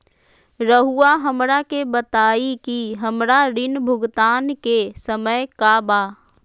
रहुआ हमरा के बताइं कि हमरा ऋण भुगतान के समय का बा?